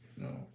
No